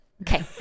Okay